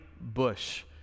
bush